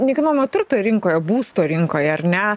nekilnojamo turto rinkoje būsto rinkoje ar ne